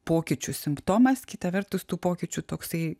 pokyčių simptomas kita vertus tų pokyčių toksai